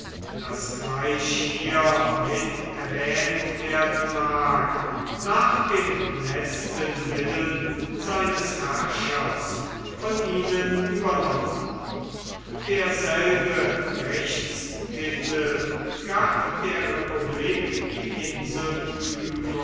das gleich hier mit erwähnt werden mag nach dem letzten willen seines herrschers von ihnen übernommen derselbe rechtstitel gab der republik die insel